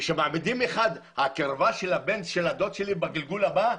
כשמעמידים אחד שהוא בקרבה של הבן של הדוד שלי בגלגול הבא אומרים,